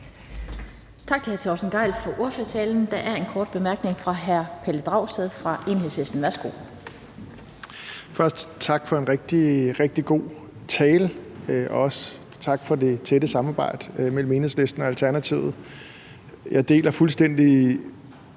tak for en rigtig god tale, og også tak for det tætte samarbejde mellem Enhedslisten og Alternativet. Jeg deler fuldstændig,